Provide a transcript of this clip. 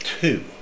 two